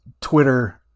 Twitter